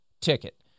ticket